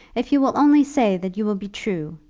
if you will only say that you will be true.